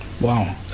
Wow